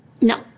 No